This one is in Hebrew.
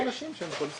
מכיר טוב.